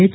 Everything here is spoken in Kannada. ಎಚ್